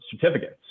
certificates